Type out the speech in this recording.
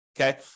okay